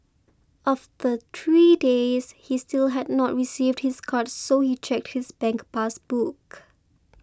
after three days he still had not received his card so he checked his bank pass book